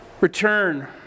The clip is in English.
Return